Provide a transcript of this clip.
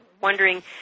wondering